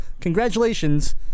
congratulations